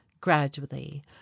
Gradually